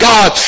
God